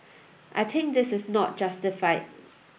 I think is not justified